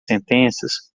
sentenças